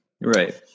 Right